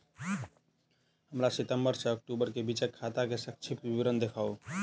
हमरा सितम्बर सँ अक्टूबर केँ बीचक खाता केँ संक्षिप्त विवरण देखाऊ?